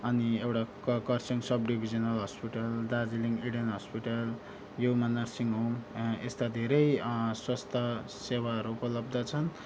अनि एउटा Kurseong sub divisional hospital Darjeeling Eden hospital युमा नर्सिङ होम यस्ता धेरै स्वास्थ्य सेवाहरू उपलब्ध छन्